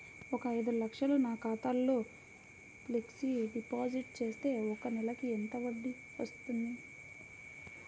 ఒక ఐదు లక్షలు నా ఖాతాలో ఫ్లెక్సీ డిపాజిట్ చేస్తే ఒక నెలకి ఎంత వడ్డీ వర్తిస్తుంది?